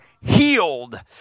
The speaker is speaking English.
healed